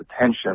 attention